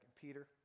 Peter